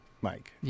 Mike